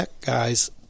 guys